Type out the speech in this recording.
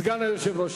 סגן היושב-ראש,